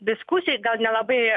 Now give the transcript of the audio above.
diskusija gal nelabai